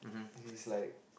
he's like